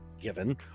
given